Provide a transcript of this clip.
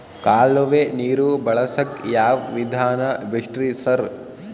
ಕಾಲುವೆ ನೀರು ಬಳಸಕ್ಕ್ ಯಾವ್ ವಿಧಾನ ಬೆಸ್ಟ್ ರಿ ಸರ್?